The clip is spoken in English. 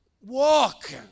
Walk